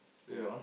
ya